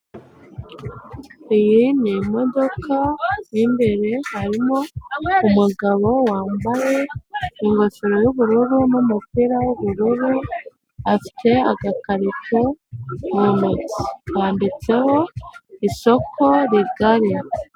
Iyi ni imodoka mu imbere harimo umugabo wambaye ingofero y'ubururu n'umupira w'ubururu afite agakarito mu ntoki kanditseho isoko rigari.